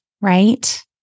right